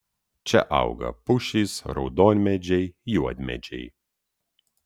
čia auga pušys raudonmedžiai juodmedžiai